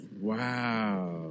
Wow